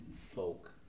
folk